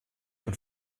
und